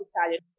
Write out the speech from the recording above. Italian